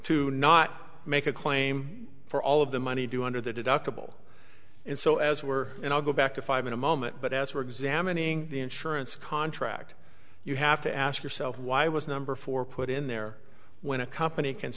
to not make a claim for all of the money due under the deductible and so as we're in i'll go back to five in a moment but as we're examining the insurance contract you have to ask yourself why was number four put in there when a company can